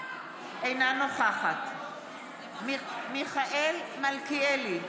אינה נוכחת מיכאל מלכיאלי,